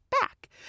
back